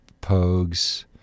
Pogues